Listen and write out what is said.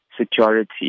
security